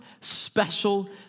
special